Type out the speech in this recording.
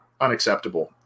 unacceptable